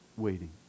waiting